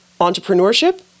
entrepreneurship